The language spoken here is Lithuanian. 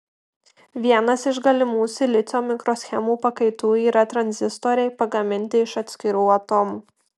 vienas iš galimų silicio mikroschemų pakaitų yra tranzistoriai pagaminti iš atskirų atomų